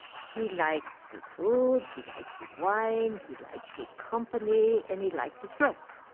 he liked good food. he liked good wine. he liked good company. and he liked to flirt,